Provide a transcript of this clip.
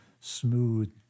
smooth